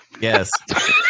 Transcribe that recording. Yes